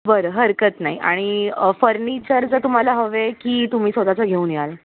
बरं हरकत नाही आणि फर्निचरचं तुम्हाला हवे आहे की तुम्ही स्वत चं घेऊन याल